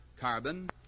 carbon